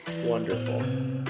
Wonderful